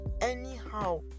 Anyhow